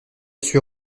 suis